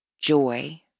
joy